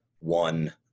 one